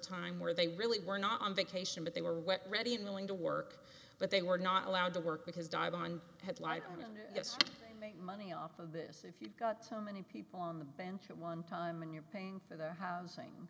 time where they really were not on vacation but they were wet ready and willing to work but they were not allowed to work because died on headline news that's making money off of this if you've got too many people on the bench at one time and you're paying for their housing